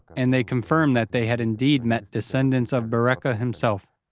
and they confirmed that they had indeed met descendants of bereke ah himself,